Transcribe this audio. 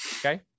Okay